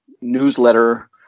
newsletter